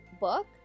book